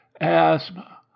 asthma